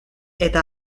eta